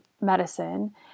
medicine